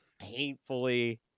painfully